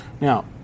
Now